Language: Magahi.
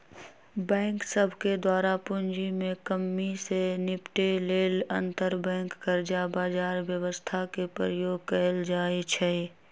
बैंक सभके द्वारा पूंजी में कम्मि से निपटे लेल अंतरबैंक कर्जा बजार व्यवस्था के प्रयोग कएल जाइ छइ